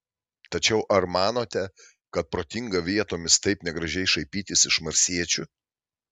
tačiau ar manote kad protinga vietomis taip negražiai šaipytis iš marsiečių